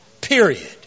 Period